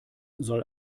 soll